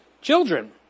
Children